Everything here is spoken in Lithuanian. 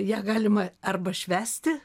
ją galima arba švęsti